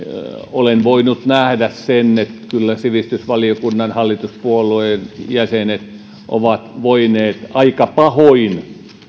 olen voinut nähdä sen että kyllä sivistysvaliokunnan hallituspuolueiden jäsenet ovat voineet aika pahoin